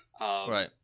right